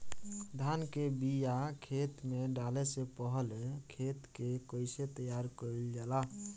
धान के बिया खेत में डाले से पहले खेत के कइसे तैयार कइल जाला?